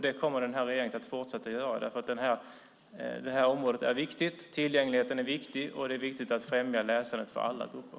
Det kommer den nuvarande regeringen att fortsätta att göra eftersom området är viktigt, tillgängligheten är viktig och det är viktigt att främja läsandet för alla grupper.